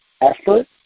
effort